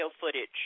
footage